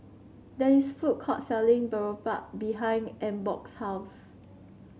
there is a food court selling Boribap behind Ingeborg's house